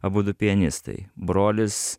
abudu pianistai brolis